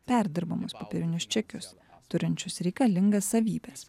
perdirbamus popierinius čekius turinčius reikalingas savybes